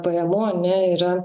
pajamų ane yra